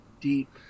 deep